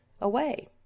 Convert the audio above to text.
away